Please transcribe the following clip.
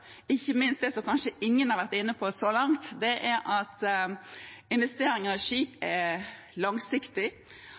ikke minst – som kanskje ingen har vært inne på så langt – at investeringer i skip er langsiktig,